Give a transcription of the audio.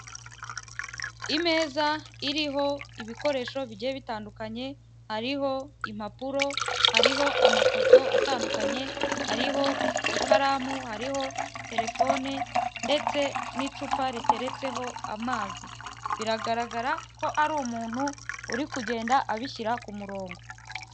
Imeza iriho ibikoresho bigiye bitandukanye, hariho impapuro, hariho amafoto atandukanye, hariho ikaramu, hariho telefone ndetse n'icupa riteretseho amazi. Biragaragara ko ari umuntu uri kugenda abishyira ku murongo.